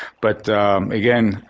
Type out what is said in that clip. but again,